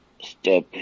step